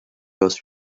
those